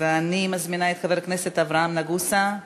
ואני מזמינה את חבר הכנסת אברהם נגוסה לשאלה.